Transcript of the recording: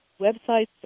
websites